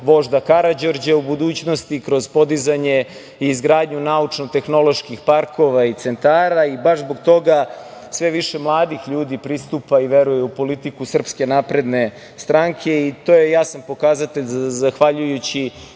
vožda Karađorđa u budućnosti i kroz podizanje i izgradnju naučno-tehnoloških parkova i centara.I baš zbog toga sve više mladih ljudi pristupa i veruje u politiku Srpske napredne stranke i to je jasan pokazatelj da zahvaljujući